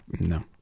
No